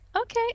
Okay